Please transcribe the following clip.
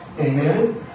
Amen